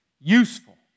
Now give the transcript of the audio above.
useful